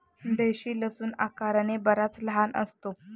देशी लसूण आकाराने बराच लहान असतो